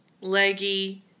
leggy